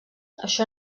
això